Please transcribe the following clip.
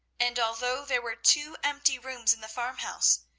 and, although there were two empty rooms in the farmhouse,